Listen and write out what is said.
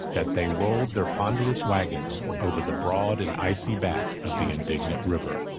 that they rolled their ponderous wagons over the broad and icy back of the indignant river.